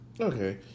Okay